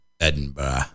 Edinburgh